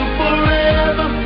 forever